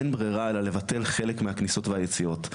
אין ברירה אלא לבטל חלק מהכניסות והיציאות,